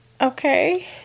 Okay